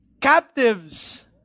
captives